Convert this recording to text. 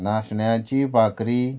नाशण्याची बाकरी